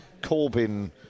Corbyn